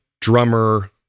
drummer